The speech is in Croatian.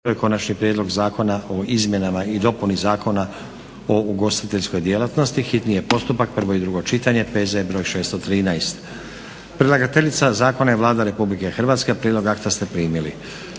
to je - Konačni prijedlog zakona o izmjenama i dopuni Zakona o ugostiteljskoj djelatnosti, hitni postupak, prvo i drugo čitanje, PZ br. 613 Predlagateljica zakona je Vlada Republike Hrvatske. Prijedlog akte ste primili.